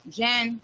Jen